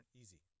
easy